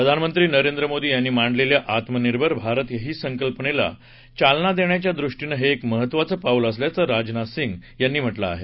प्रधानमंत्री नरेंद्र मोदी यांनी मांडलेल्या आत्मनिर्भर भारत ही संकल्पनेला चालना देण्याच्यादृष्टीनं हे एक महत्वाचं पाऊल असल्याचं राजनाथ सिंह यांनी म्हटलं आहे